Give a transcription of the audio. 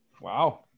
Wow